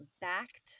backed